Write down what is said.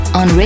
on